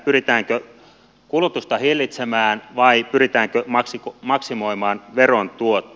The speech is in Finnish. pyritäänkö kulutusta hillitsemään vai pyritäänkö maksimoimaan veron tuotto